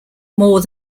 more